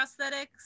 prosthetics